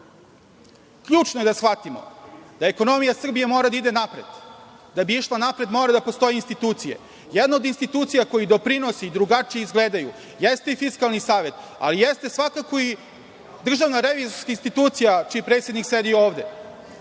budžet. Ključno je da shvatimo da ekonomija Srbije mora da ide napred. Da bi išla napred mora da postoje institucije. Jedna od institucija koja doprinosi drugačije izgledaju jeste i Fiskalni savet, ali jeste svakako i DRI čiji predsednik sedi ovde.